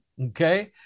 okay